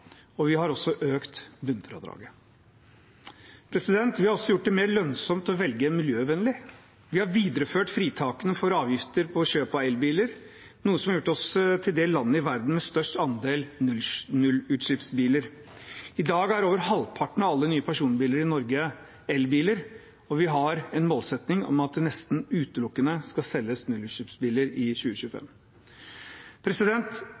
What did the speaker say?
og vi har økt bunnfradraget. Vi har også gjort det mer lønnsomt å velge miljøvennlig. Vi har videreført fritakene for avgifter på kjøp av elbiler, noe som har gjort oss til det landet i verden med størst andel nullutslippsbiler. I dag er over halvparten av alle nye personbiler i Norge elbiler, og vi har en målsetting om at det nesten utelukkende skal selges nullutslippsbiler i 2025.